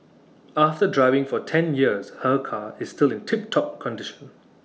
after driving for ten years her car is still in tip top condition